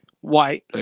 white